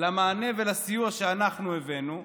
למענה ולסיוע שאנחנו הבאנו.